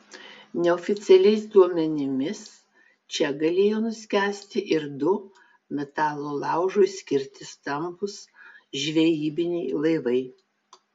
neoficialiais duomenimis čia galėjo nuskęsti ir du metalo laužui skirti stambūs žvejybiniai laivai